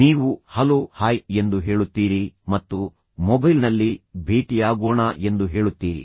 ನೀವು hello hi ಎಂದು ಹೇಳುತ್ತೀರಿ ಮತ್ತು ಮೊಬೈಲ್ನಲ್ಲಿ ಭೇಟಿಯಾಗೋಣ ಎಂದು ಹೇಳುತ್ತೀರಿ